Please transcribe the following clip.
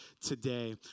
today